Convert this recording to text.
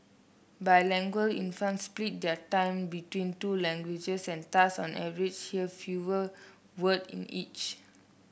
bilingual infants split their time between two languages and thus on average hear fewer word in each